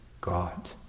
God